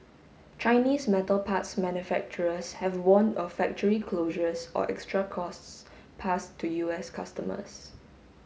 Chinese metal parts manufacturers have warned of factory closures or extra costs passed to U S customers